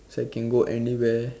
so I can go anywhere